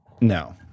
No